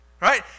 Right